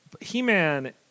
He-Man